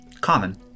common